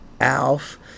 Alf